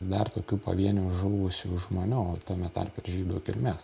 dar tokių pavienių žuvusių žmonių tame tarpe ir žydų kilmės